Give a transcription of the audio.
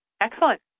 Excellent